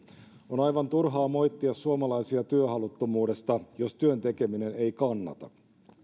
on aivan turhaa moittia suomalaisia työhaluttomuudesta jos työn tekeminen ei kannata